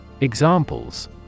Examples